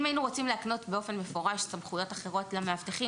אם היינו רוצים להקנות באופן מפורש סמכויות אחרות למאבטחים,